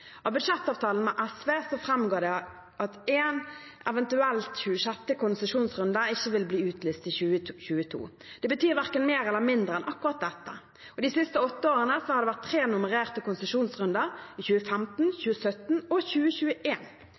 Av budsjettavtalen med SV framgår det at en eventuell 26. konsesjonsrunde ikke vil bli utlyst i 2022. Det betyr verken mer eller mindre enn akkurat dette. De siste åtte årene har det vært tre nummererte konsesjonsrunder; i 2015, 2017 og